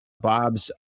Bob's